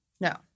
No